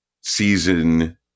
season